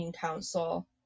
council